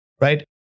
right